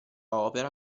opera